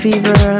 Fever